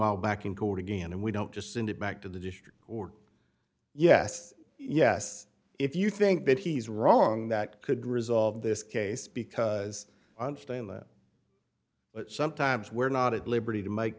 all back in court again and we don't just send it back to the district or yes yes if you think that he's wrong that could resolve this case because on stand that but sometimes we're not at liberty to make